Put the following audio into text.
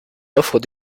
offre